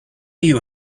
you